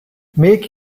make